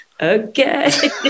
okay